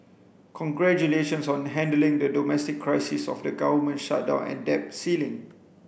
congratulations on handling the domestic crisis of the government shutdown and debt ceiling